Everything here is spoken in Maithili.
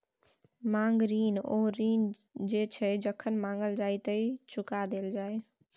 मांग ऋण ओ ऋण छै जे जखन माँगल जाइ तए चुका देल जाय